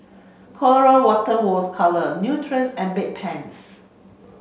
Colora Water Water Colour Nutrens and Bedpans